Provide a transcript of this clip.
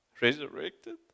resurrected